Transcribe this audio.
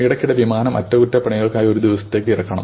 ഇടയ്ക്കിടെ വിമാനം അറ്റകുറ്റപ്പണികൾക്കായി ഒരു ദിവസത്തേക്ക് ഇറക്കണം